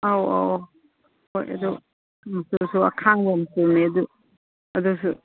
ꯑꯧ ꯑꯧ ꯑꯧ ꯍꯣꯏ ꯑꯗꯨ ꯑꯈꯥꯡꯕ ꯃꯆꯨꯅꯤ ꯑꯗꯨꯁꯨ